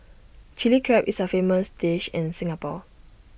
Chilli Crab is A famous dish in Singapore